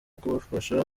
kubafasha